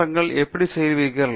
மாற்றங்களை எப்படி செய்வீர்கள்